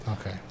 Okay